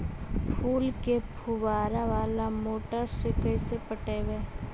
फूल के फुवारा बाला मोटर से कैसे पटइबै?